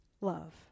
love